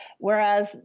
Whereas